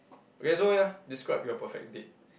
okay so ya describe your perfect date